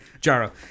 Jaro